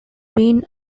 been